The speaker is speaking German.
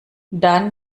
dann